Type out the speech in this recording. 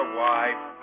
wife